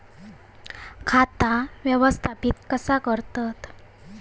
खाता व्यवस्थापित कसा करतत?